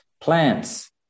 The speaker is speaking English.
Plants